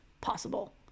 possible